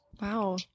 Wow